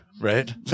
right